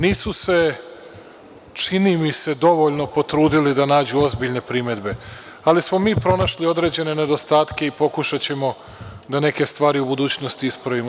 Nisu se, čini mi se, dovoljno potrudili da nađu ozbiljne primedbe, ali smo mi pronašli određene nedostatke i pokušaćemo da neke stvari u budućnosti ispravimo.